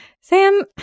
Sam